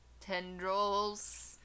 tendrils